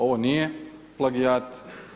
Ovo nije plagijat.